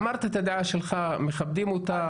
אמרת את הדעה שלך, מכבדים אותה.